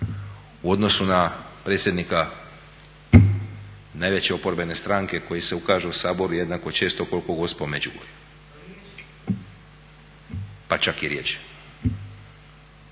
u odnosu na predsjednika najveće oporbene stranke koji se ukaže u Saboru, jednako često koliko Gospa u Međugorju pa čak i rjeđe.